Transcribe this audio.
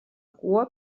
cua